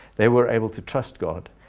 they were able to trust god.